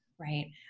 right